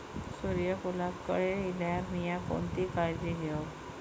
सूर्यफूलाक कळे इल्यार मीया कोणती काळजी घेव?